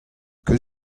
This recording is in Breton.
ket